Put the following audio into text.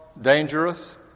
dangerous